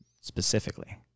Specifically